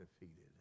defeated